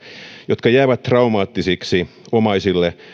jotka jäävät traumaattisiksi omaisille